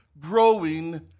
Growing